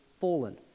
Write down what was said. fallen